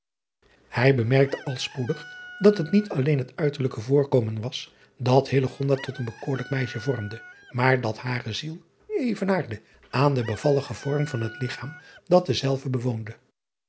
ij bemerkte al spoedig dat het niet alleen het uiterlijke voorkomen was dat tot een bekoorlijk meisje vormde maar dat hare ziel evenaarde aan den bevalligen vorm van het ligchaam dat dezelve bewoonde